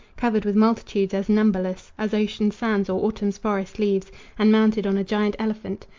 covered with multitudes as numberless as ocean's sands or autumn's forest leaves and mounted on a giant elephant,